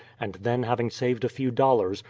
and then having saved a few dollars,